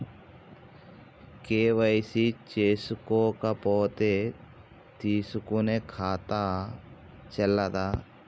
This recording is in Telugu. కే.వై.సీ చేసుకోకపోతే తీసుకునే ఖాతా చెల్లదా?